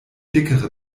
dickere